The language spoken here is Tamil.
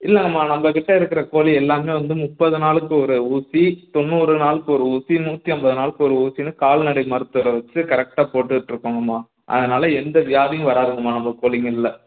இல்லைங்கம்மா நம்மக் கிட்ட இருக்கிற கோழி எல்லாமே வந்து முப்பது நாளுக்கு ஒரு ஊசி தொண்ணூறு நாளுக்கு ஒரு ஊசி நூற்றி ஐம்பது நாளுக்கு ஒரு ஊசின்னு கால்நடை மருத்துவரை வச்சு கரெக்டாக போட்டுகிட்ருக்கோங்கம்மா அதனால எந்த வியாதியும் வராதுங்கம்மா நம்ம கோழிங்கள்ல